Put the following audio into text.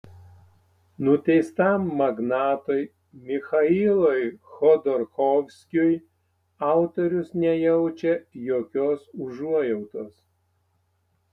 nuteistam magnatui michailui chodorkovskiui autorius nejaučia jokios užuojautos